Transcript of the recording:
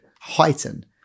heighten